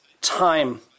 time